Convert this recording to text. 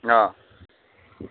অঁ